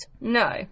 No